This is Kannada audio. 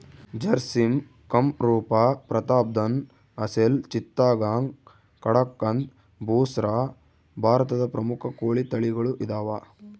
ಜರ್ಸಿಮ್ ಕಂರೂಪ ಪ್ರತಾಪ್ಧನ್ ಅಸೆಲ್ ಚಿತ್ತಗಾಂಗ್ ಕಡಕಂಥ್ ಬುಸ್ರಾ ಭಾರತದ ಪ್ರಮುಖ ಕೋಳಿ ತಳಿಗಳು ಇದಾವ